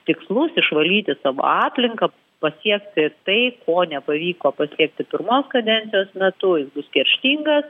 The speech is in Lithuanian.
tikslus išvalyti savo aplinką pasiekti tai ko nepavyko pasiekti pirmos kadencijos metu jis bus kerštingas